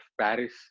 Paris